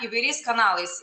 įvairiais kanalais